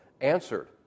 answered